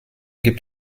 gibt